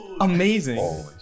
Amazing